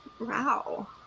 Wow